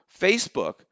Facebook